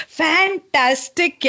fantastic